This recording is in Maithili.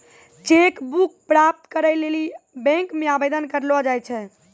चेक बुक प्राप्त करै लेली बैंक मे आवेदन करलो जाय छै